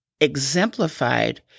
exemplified